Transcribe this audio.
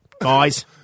guys